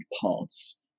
parts